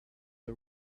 are